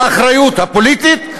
האחריות הפוליטית,